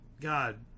God